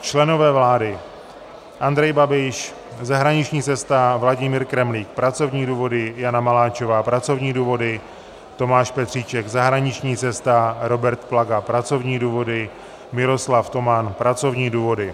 Členové vlády: Andrej Babiš zahraniční cesta, Vladimír Kremlík pracovní důvody, Jana Maláčová pracovní důvody, Tomáš Petříček zahraniční cesta, Robert Plaga pracovní důvody, Miroslav Toman pracovní důvody.